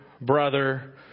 brother